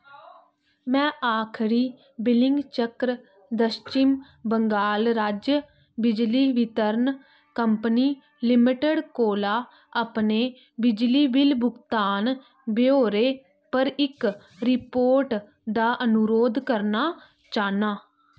में आखरी बिलिंग चक्र दश्चिम बंगाल राज्य बिजली वितरण कंपनी लिमिटेड कोला अपने बिजली बिल भुगतान ब्यौरे पर इक रिपोर्ट दा अनुरोध करना चाह्न्नां